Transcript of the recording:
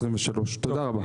תודה רבה.